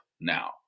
now